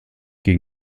gegen